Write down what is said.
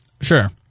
Sure